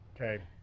Okay